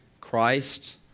Christ